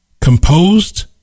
composed